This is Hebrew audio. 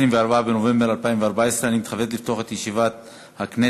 24 בנובמבר 2014. אני מתכבד לפתוח את ישיבת הכנסת.